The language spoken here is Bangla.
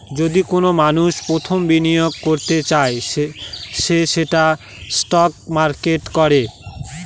যদি কোনো মানষ প্রথম বিনিয়োগ করতে চায় সে সেটা স্টক মার্কেটে করে